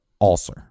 ulcer